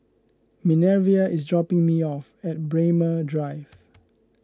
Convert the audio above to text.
Minervia is dropping me off at Braemar Drive